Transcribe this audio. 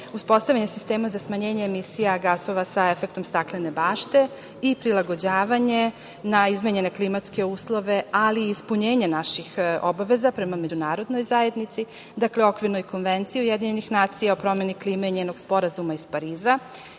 uspostavljanje sistema za smanjenje emisija gasova sa efektom staklene bašte i prilagođavanje na izmenjene klimatske uslove, ali i ispunjenje naših obaveza prema međunarodnoj zajednici, dakle, okvirnoj konvenciji UN o promeni klime i njenog Sporazuma iz Pariza